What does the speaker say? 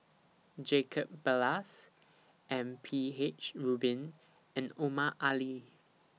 Jacob Ballas M P H Rubin and Omar Ali